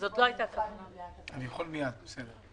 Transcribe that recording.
הייתי שמחה לקבל נתונים מספריים על הבנייה